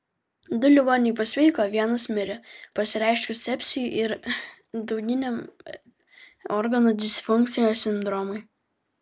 du ligoniai pasveiko vienas mirė pasireiškus sepsiui ir dauginiam organų disfunkcijos sindromui